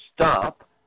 stop